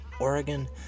Oregon